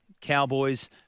Cowboys